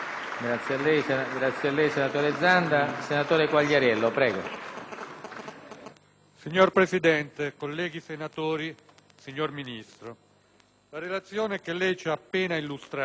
Signor Presidente, colleghi senatori, signor Ministro, la relazione che lei ci ha appena illustrato, nell'evidenziare le profonde criticità di un sistema prossimo al collasso,